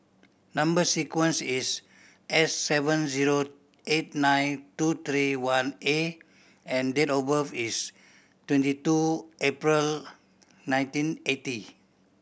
number sequence is S seven zero eight nine two three one A and date of birth is twenty two April nineteen eighty